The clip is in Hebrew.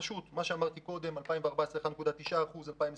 מה שאמרתי קודם: 2014 1.9%; 2020